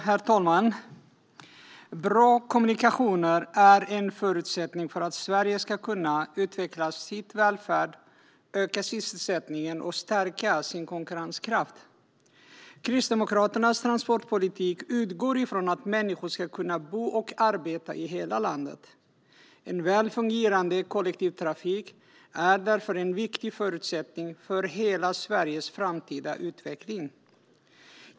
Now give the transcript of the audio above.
Herr talman! Bra kommunikationer är en förutsättning för att Sverige ska kunna utveckla sin välfärd, öka sysselsättningen och stärka sin konkurrenskraft. Kristdemokraternas transportpolitik utgår från att människor ska kunna bo och arbeta i hela landet. En väl fungerande kollektivtrafik är därför en viktig förutsättning för hela Sveriges framtida utveckling.